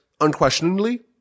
unquestioningly